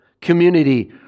community